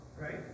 right